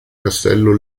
castello